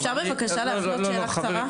אפשר בבקשה להפנות שאלה קצרה?